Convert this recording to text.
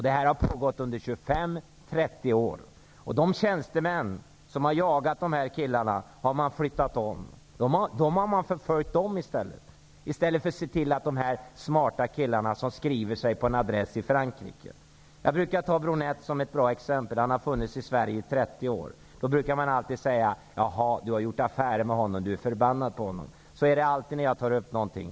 Detta har pågått under 25--30 år. De tjänstemän som har jagat dessa killar har man flyttat om. Dem har man förföljt i stället för att ingripa mot de smarta killarna som skriver sig på en adress i Frankrike. Jag brukar ta Bronett såsom ett bra exempel. Han har funnits i Sverige i 30 år. Men då brukar man säga att jag har gjort affärer med honom och därför är förbannad på honom. Så är det alltid när jag tar upp någonting.